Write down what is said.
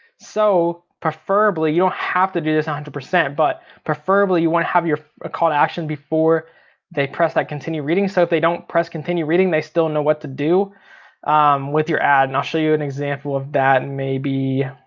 so, preferably, you don't have to do this um one hundred, but preferably you want to have your call to action before they press that continue reading, so if they don't press continue reading they still know what to do with your ad. and i'll show you an example of that and maybe.